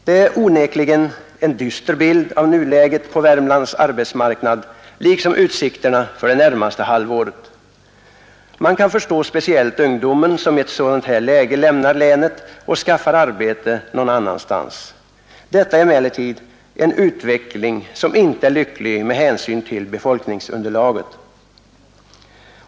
Det är onekligen en dyster bild av nuläget på Värmlands arbetsmarknad, liksom utsikterna för det närmaste halvåret. Man kan förstå speciellt ungdomen som i ett sådant här läge lämnar länet och skaffar arbete någon annanstans, Detta är emellertid en utveckling som inte är lycklig med hänsyn till befolkningsunderlaget.